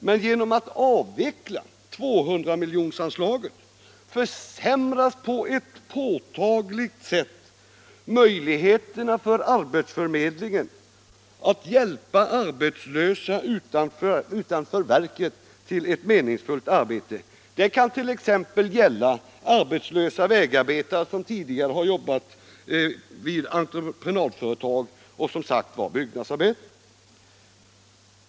Men genom att avveckla anslaget på 200 milj.kr. försämras på ett påtagligt sätt möjligheterna för arbetsförmedlingen att hjälpa arbetslösa utanför verket till ett meningsfullt arbete. Det kan t.ex. gälla arbetslösa vägarbetare som tidigare har jobbat vid entreprenadföretag och, som sagt, byggnadsarbetare.